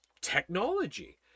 technology